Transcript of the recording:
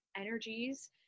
energies